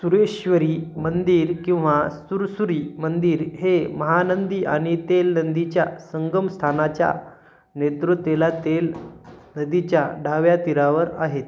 सुरेश्वरी मंदिर किंवा सुरसुरी मंदिर हे महानंदी आणि तेलनंदीच्या संगमस्थानाच्या नैऋत्येला तेलनदीच्या डाव्या तीरावर आहेत